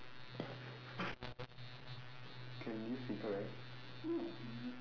uh can mute speaker right